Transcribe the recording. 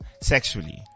sexually